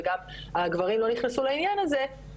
וגם הגברים לא נכנסו לעניין הזה,